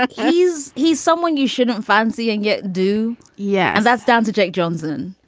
ah he's he's someone you shouldn't fancy and yet do. yeah. and that's down to jake johnson.